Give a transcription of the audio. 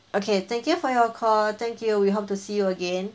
okay thank you for your call thank you we hope to see you again